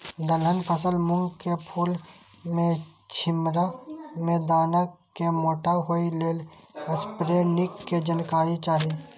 दलहन फसल मूँग के फुल में छिमरा में दाना के मोटा होय लेल स्प्रै निक के जानकारी चाही?